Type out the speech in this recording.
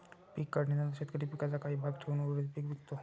पीक काढणीनंतर शेतकरी पिकाचा काही भाग ठेवून उर्वरित पीक विकतो